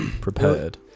prepared